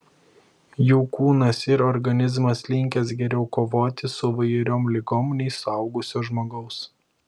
jų kūnas ir organizmas linkęs geriau kovoti su įvairiom ligom nei suaugusio žmogaus